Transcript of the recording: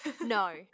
no